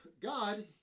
God